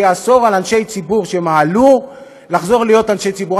וייאסר לאנשי ציבור שמעלו לחזור להיות אנשי ציבור.